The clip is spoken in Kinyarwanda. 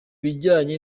bijyanye